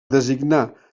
designar